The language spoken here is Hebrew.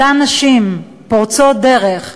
אותן נשים פורצות דרך שנלחמו,